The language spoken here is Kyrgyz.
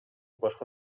башка